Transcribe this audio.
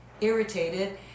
irritated